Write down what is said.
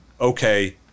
okay